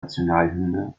nationalhymne